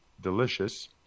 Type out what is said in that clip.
Delicious